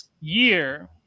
year